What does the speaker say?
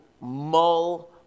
mull